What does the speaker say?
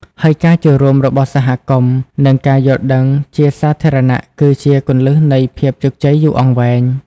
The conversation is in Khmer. ហើយការចូលរួមរបស់សហគមន៍ និងការយល់ដឹងជាសាធារណៈគឺជាគន្លឹះនៃភាពជោគជ័យយូរអង្វែង។